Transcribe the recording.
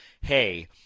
hey